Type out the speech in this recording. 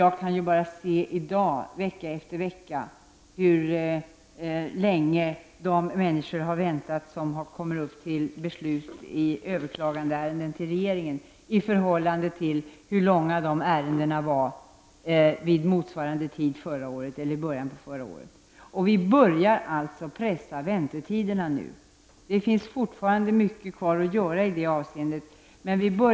Jag ser emellertid av de överklagningsärenden som kommer till regeringen att handläggningstiderna har minskat sedan början av förra året. Vi börjar nu alltså pressa ned väntetiderna. Det finns fortfarande mycket kvar att göra i det avseendet.